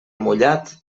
mullat